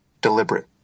deliberate